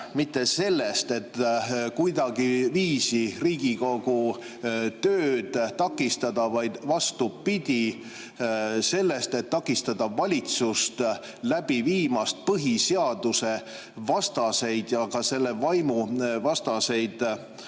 tingitud sellest, et kuidagiviisi Riigikogu tööd takistada, vaid vastupidi, sellest, et takistada valitsust läbi viimast põhiseadusvastaseid ja ka selle vaimu vastaseid